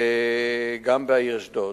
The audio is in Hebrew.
גם בעיר אשדוד.